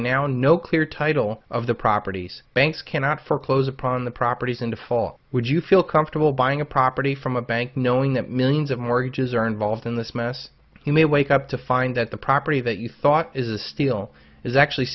now no clear title of the properties banks cannot for close upon the properties in default would you feel comfortable buying a property from a bank knowing that millions of mortgages are involved in this mess you may wake up to find that the property that you thought is a steal is actually